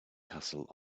castle